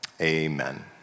Amen